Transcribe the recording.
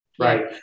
right